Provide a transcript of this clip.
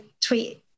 tweet